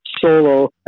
solo